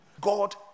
God